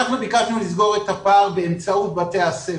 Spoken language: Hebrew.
אנחנו ביקשנו לסגור את הפער באמצעות בתי הספר.